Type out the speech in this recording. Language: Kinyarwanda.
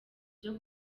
byo